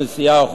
חופשות.